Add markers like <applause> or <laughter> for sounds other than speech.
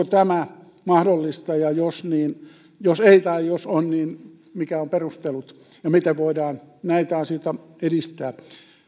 <unintelligible> tämä mahdollista ja jos ei tai jos on niin mitkä ovat perustelut ja miten voidaan näitä asioita edistää